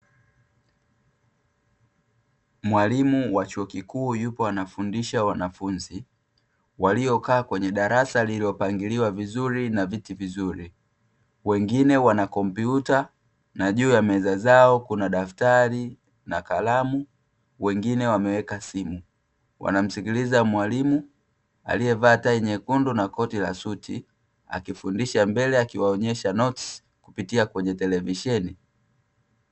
Mwalimu wa chuo kikuu, yupo anafundisha wanafunzi waliokaa kwenye darasa lililo pangiliwa vizuri na viti vizuri, wengine wana komputa, na juu ya meza zao kuna daftari na kalamu, wengine wameweka simu. Wanamsikiliza mwalimu aliyevaa tai nyekundu na koti la suti akifundisha mbele, akiwaonyesha notsi kupitia kwenye televisheni.